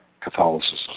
Catholicism